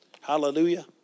Hallelujah